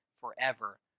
forever